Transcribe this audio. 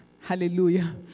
hallelujah